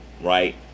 right